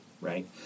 right